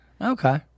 okay